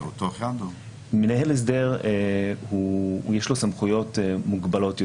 למנהל הסדר יש סמכויות מוגבלות יותר.